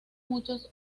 muchos